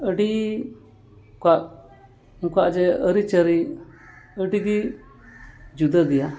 ᱟᱹᱰᱤ ᱠᱚᱣᱟᱜ ᱩᱱᱠᱩᱣᱟᱜ ᱡᱮ ᱟᱹᱨᱤ ᱪᱟᱹᱞᱤ ᱟᱹᱰᱤ ᱜᱮ ᱡᱩᱫᱟᱹ ᱜᱮᱭᱟ